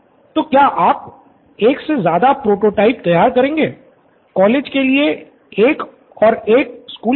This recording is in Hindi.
प्रोफेसर बाला तो क्या आप एक से ज्यादा प्रोटोटाइप तैयार करेंगे कॉलेज के लिए एक और एक स्कूल के लिए